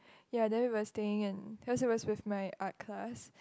ya then we are staying in cause he was with my art class